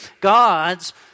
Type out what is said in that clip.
God's